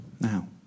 now